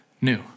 new